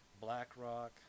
BlackRock